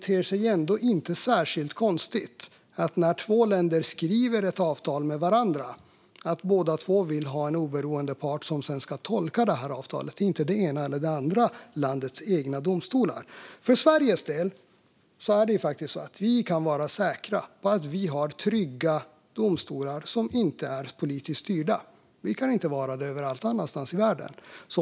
När två länder skriver ett avtal med varandra ter det sig ändå inte särskilt konstigt att båda två vill ha en oberoende part som sedan ska tolka avtalet, inte det ena eller det andra landets egna domstolar. För Sveriges del kan vi vara säkra på att vi har trygga domstolar som inte är politiskt styrda, vilket man inte kan vara säkra på överallt i världen.